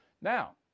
Now